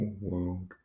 world